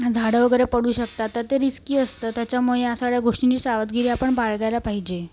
झाडं वगैरे पडू शकतात तर ते रिस्की असतं त्याच्यामुळे या सगळ्या गोष्टींची सावधगिरी आपण बाळगायला पाहिजे